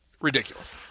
Ridiculous